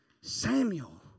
Samuel